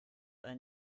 ein